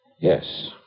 Yes